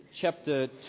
chapter